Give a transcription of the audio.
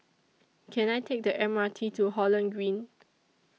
Can I Take The M R T to Holland Green